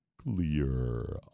Clear